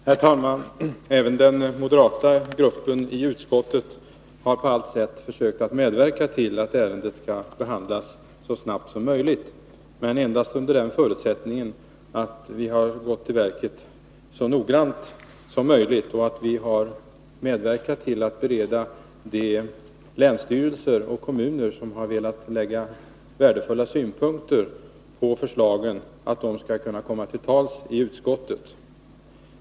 Herr talman! Även den moderata gruppen i utskottet har på allt sätt försökt medverka till att ärendet skall behandlas så snabbt vi kan, men endast under den förutsättningen att vi har gått till verket så noggrant som möjligt. Vi har medverkat till att bereda de länsstyrelser och kommuner som velat lägga värdefulla synpunkter på förslagen möjlighet att komma till tals i utskottet.